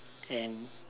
and